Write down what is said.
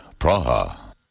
Praha